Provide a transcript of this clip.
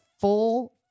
full